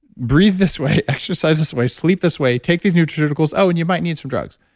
breathe this way. exercise this way. sleep this way. take these nutraceuticals. oh, and you might need some drugs.